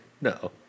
No